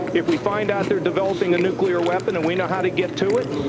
if we find out they're developing a nuclear weapon and we know how to get to it,